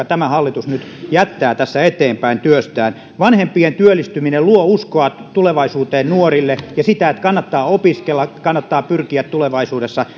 tämä hallitus nyt jättää tässä eteenpäin työstään vanhempien työllistyminen luo nuorille uskoa tulevaisuuteen ja siihen että kannattaa opiskella kannattaa pyrkiä tulevaisuudessa